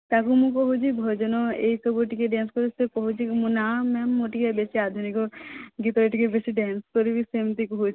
ତାକୁ ମୁଁ କହୁଛି ଭଜନ ଏ ସବୁ ଟିକିଏ ଡ୍ୟାନ୍ସ କର ସେ କହୁଛି କି ନା ମ୍ୟାମ୍ ମୁଁ ଟିକିଏ ବେଶି ଆଧୁନିକ ଗୀତରେ ଟିକିଏ ବେଶି ଡ୍ୟାନ୍ସ କରିବି ସେମିତି କହୁଛି